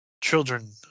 children